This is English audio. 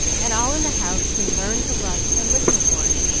and all in the house soon learned to love and listen for it.